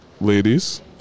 ladies